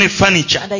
furniture